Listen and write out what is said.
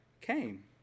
came